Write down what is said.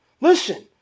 Listen